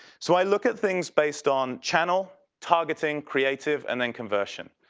so i look at things based on channel. targeting creative and then conversion.